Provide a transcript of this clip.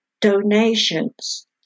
donations